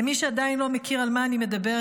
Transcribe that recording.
למי שעדיין לא מכיר על מה אני מדברת,